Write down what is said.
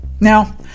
Now